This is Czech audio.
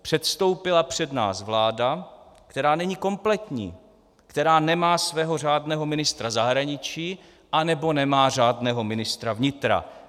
Předstoupila před nás vláda, která není kompletní, která nemá svého řádného ministra zahraničí, anebo nemá řádného ministra vnitra.